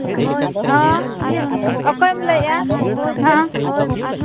ᱚ ᱚᱠᱚᱭᱮᱢ ᱞᱟᱹᱭᱮᱫᱼᱟ ᱚ